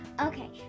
Okay